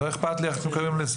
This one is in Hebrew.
לא אכפת לי איך אתם קוראים לזה.